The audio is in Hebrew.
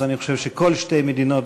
אז אני חושב שכל שתי מדינות,